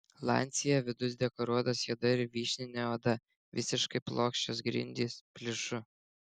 lancia vidus dekoruotas juoda ir vyšnine oda visiškai plokščios grindys pliušu